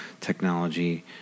technology